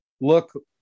look